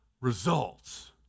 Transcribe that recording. results